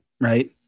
right